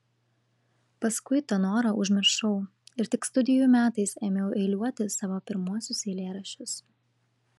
paskui tą norą užmiršau ir tik studijų metais ėmiau eiliuoti savo pirmuosius eilėraščius